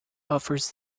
offers